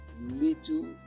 little